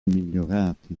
migliorati